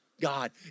God